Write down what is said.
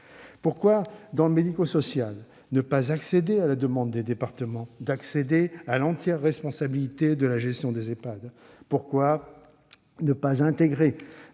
Pourquoi, dans le médico-social, ne pas accéder à la demande des départements d'assumer l'entière responsabilité de la gestion des Ehpad ? Pourquoi ne pas intégrer